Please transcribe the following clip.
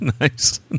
Nice